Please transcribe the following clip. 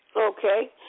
Okay